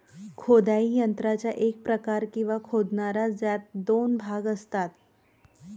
खोदाई यंत्राचा एक प्रकार, किंवा खोदणारा, ज्यात दोन भाग असतात